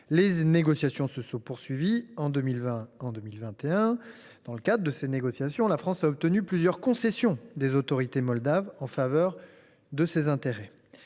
Les négociations se sont poursuivies en 2020 et 2021. Dans le cadre de ces négociations, la France a obtenu plusieurs concessions des autorités moldaves en faveur de ses intérêts.